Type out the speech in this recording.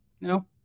No